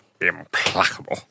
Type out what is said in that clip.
Implacable